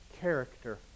character